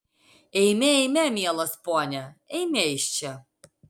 eime eime mielas pone eime iš čia